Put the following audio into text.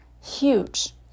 Huge